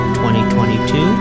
2022